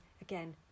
again